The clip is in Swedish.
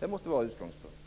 Det måste vara utgångspunkten.